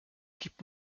gibt